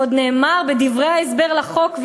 ועוד נאמר בדברי ההסבר לחוק,